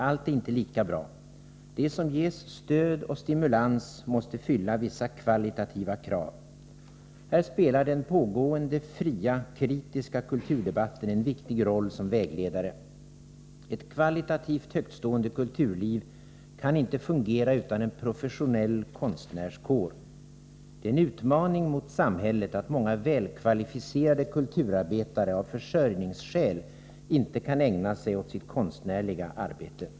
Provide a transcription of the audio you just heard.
Allt är inte lika bra. Det som ges stöd och stimulans måste fylla vissa kvalitativa krav. Här spelar den pågående, fria, kritiska kulturdebatten en viktig roll som vägledare. Ett kvalitativt högtstående kulturliv kan inte fungera utan en professionell konstnärskår. Det är en utmaning mot samhället att många välkvalificerade kulturarbetare av försörjningskäl inte kan ägna sig åt sitt konstnärliga arbete.